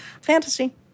Fantasy